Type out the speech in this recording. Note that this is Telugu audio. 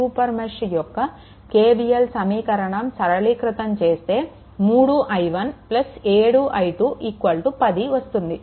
సూపర్ మెష్ యొక్క KVL సమీకరణం సరళీకృతం చేస్తే 3i1 7i2 10 వస్తుంది